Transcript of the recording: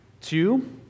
two